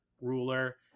ruler